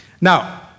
Now